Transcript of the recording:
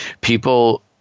People